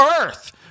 earth